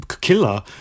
killer